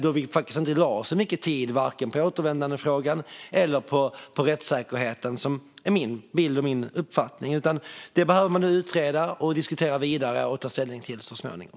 Då lade vi inte så mycket tid på vare sig återvändandefrågan eller rättssäkerheten - det är min bild och min uppfattning. Detta behöver man nu utreda, diskutera vidare och ta ställning till så småningom.